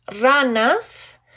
ranas